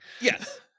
Yes